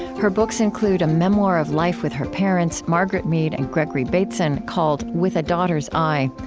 her books include a memoir of life with her parents, margaret mead and gregory bateson, called with a daughter's eye,